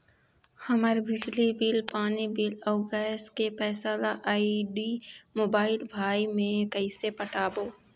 हमर बिजली बिल, पानी बिल, अऊ गैस के पैसा ला आईडी, मोबाइल, भाई मे कइसे पटाबो?